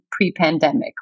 pre-pandemic